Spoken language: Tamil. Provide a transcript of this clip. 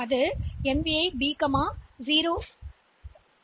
எனவே 11 பிட்களுக்கான பதிவேட்டில் ஒரு கவுண்டரை வைக்கலாம்